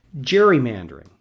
gerrymandering